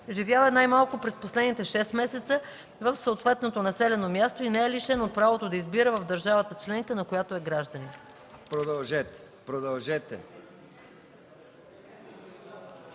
живял е най-малко през последните 6 месеца в съответното населено място и не е лишен от правото да избира в държавата членка, на която е гражданин.” ПРЕДСЕДАТЕЛ